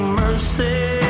mercy